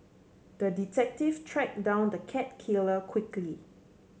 the detective tracked down the cat killer quickly